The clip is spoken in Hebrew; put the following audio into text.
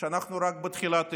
שאנחנו רק בתחילת האירוע.